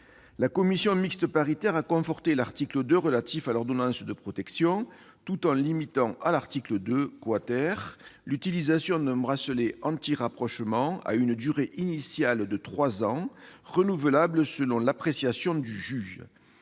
La commission mixte paritaire a conforté l'article 2 relatif à l'ordonnance de protection, tout en limitant à l'article 2 l'utilisation d'un bracelet anti-rapprochement à une durée initiale de trois ans, renouvelable selon l'appréciation du juge.